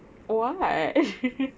what